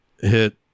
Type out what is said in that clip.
hit